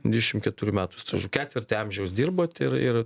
dvidešim keturių metų stažu ketvirtį amžiaus dirbot ir ir